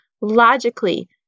logically